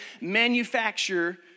manufacture